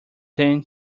than